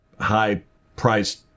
high-priced